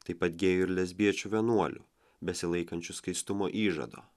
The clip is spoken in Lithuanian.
taip pat gėjų ir lesbiečių vienuolių besilaikančių skaistumo įžado